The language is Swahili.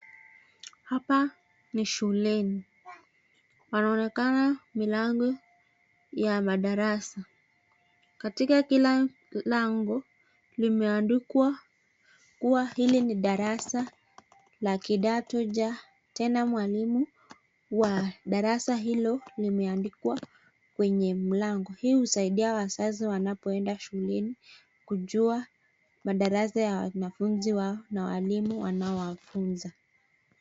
Hapa ni shuleni panaonekana milango ya madarasa ,katika kila lango limeandikwa kuwa hili ni darasa la kidato "C" tena mwalimu wa darasa hilo limeandikwa kwenye mlango hii husaidia wazazi wanapoenda shuleni kujua madarasa ya wanafunzi wao na walimu wanaowafunza.